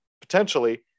potentially